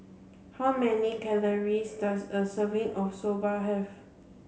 how many calories does a serving of Soba have